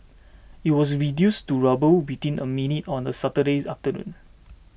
it was reduced to rubble within a minute on the Saturday's afternoon